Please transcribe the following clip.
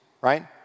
right